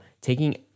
taking